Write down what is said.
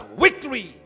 victory